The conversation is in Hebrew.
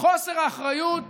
חוסר האחריות